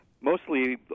mostly